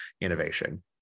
innovation